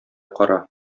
кара